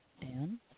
Dan